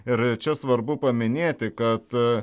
ir čia svarbu paminėti kad